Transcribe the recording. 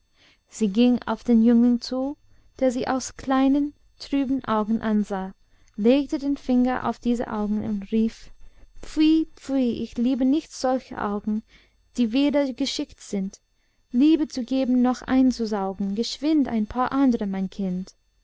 sie ging auf den jüngling zu der sie aus kleinen trüben augen ansah legte den finger auf diese augen und rief pfui pfui ich lieb nicht solche augen die weder geschickt sind liebe zu geben noch einzusaugen geschwind ein paar andre mein kind